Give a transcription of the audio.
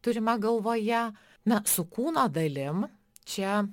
turima galvoje na su kūno dalim čia